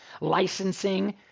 licensing